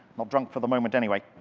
not drunk for the moment, anyway.